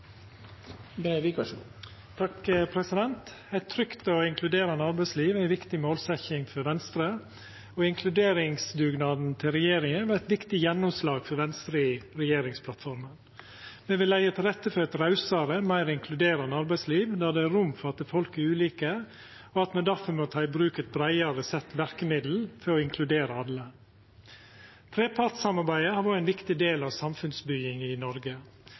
ei viktig målsetjing for Venstre, og inkluderingsdugnaden til regjeringa var eit viktig gjennomslag for Venstre i regjeringsplattforma. Me vil leggja til rette for eit rausare, meir inkluderande arbeidsliv der det er rom for at folk er ulike, og at me difor må ta i bruk eit breiare sett av verkemiddel for å inkludera alle. Trepartssamarbeidet har vore ein viktig del av samfunnsbygginga i Noreg: